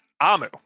Amu